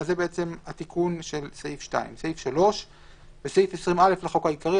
זה התיקון של סעיף 2. תיקון סעיף 20 3. בסעיף 20(א) לחוק העיקרי,